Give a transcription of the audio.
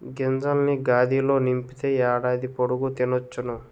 గింజల్ని గాదిలో నింపితే ఏడాది పొడుగు తినొచ్చును